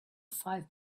five